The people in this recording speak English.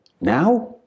Now